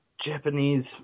Japanese